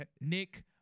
Nick